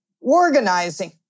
Organizing